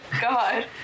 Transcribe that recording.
god